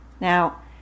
Now